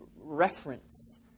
reference